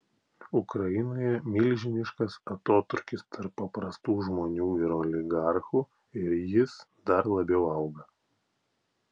ukrainoje milžiniškas atotrūkis tarp paprastų žmonių ir oligarchų ir jis dar labiau auga